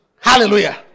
hallelujah